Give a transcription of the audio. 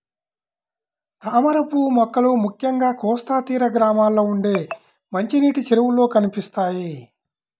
తామరపువ్వు మొక్కలు ముఖ్యంగా కోస్తా తీర గ్రామాల్లో ఉండే మంచినీటి చెరువుల్లో కనిపిస్తాయి